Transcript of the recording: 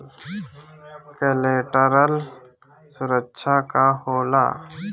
Collateral सुरक्षा का होला?